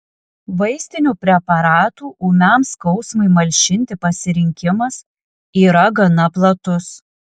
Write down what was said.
vaistinių preparatų ūmiam skausmui malšinti pasirinkimas yra gana platus